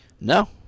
No